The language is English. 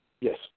Yes